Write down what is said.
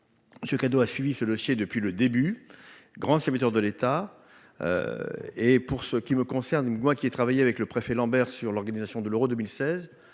Ce credo a suivi ce dossier depuis le début. Grand serviteur de l'État. Et pour ce qui me concerne une moi qui ai travaillé avec le préfet Lambert sur l'organisation de l'euro 2016